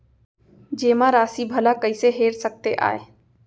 जेमा राशि भला कइसे हेर सकते आय?